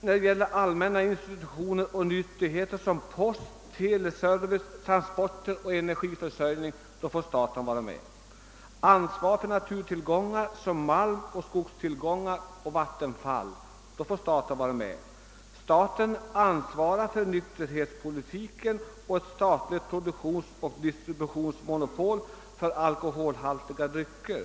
När det gäller allmänna institutioner och nyttigheter, exempelvis post, teleservice, transporter och energiförsörjning, får staten vara med. Likaså får staten ta ansvar för malmoch skogstillgångar samt vattenfall. Vidare ansvarar staten för nykterhetspolitiken och har monopol på produktion och distribution av alkoholhaltiga drycker.